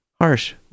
harsh